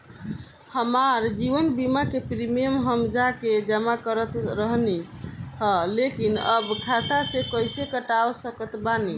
हमार जीवन बीमा के प्रीमीयम हम जा के जमा करत रहनी ह लेकिन अब खाता से कइसे कटवा सकत बानी?